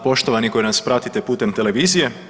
Poštovani koji nas pratite putem televizije.